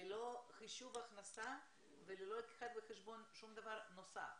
ללא חישוב הכנסה וללא לקיחה בחשבון של שום דבר נוסף.